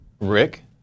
Rick